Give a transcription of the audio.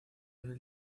del